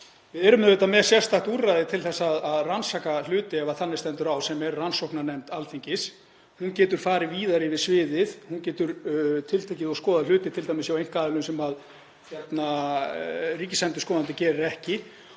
við erum auðvitað með sérstakt úrræði til að rannsaka hluti ef þannig stendur á, sem er rannsóknarnefnd Alþingis. Hún getur farið víðar yfir sviðið. Hún getur tiltekið og skoðað hluti t.d. hjá einkaaðilum sem ríkisendurskoðandi gerir ekki.